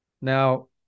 now